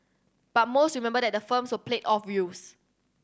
but most remember that the firms were played off youth